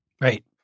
right